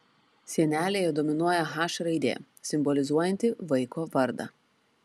sienelėje dominuoja h raidė simbolizuojanti vaiko vardą